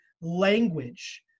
language